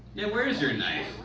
yeah, where is your knife?